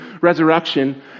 resurrection